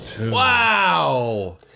Wow